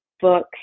book